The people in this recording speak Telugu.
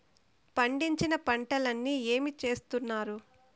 పండించిన పంటలని ఏమి చేస్తున్నారు?